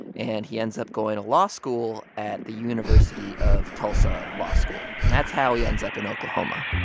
and he ends up going to law school at the university of tulsa law school. and that's how he ends up in oklahoma